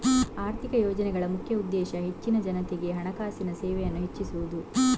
ಆರ್ಥಿಕ ಯೋಜನೆಗಳ ಮುಖ್ಯ ಉದ್ದೇಶ ಹೆಚ್ಚಿನ ಜನತೆಗೆ ಹಣಕಾಸಿನ ಸೇವೆಯನ್ನ ಹೆಚ್ಚಿಸುದು